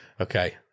okay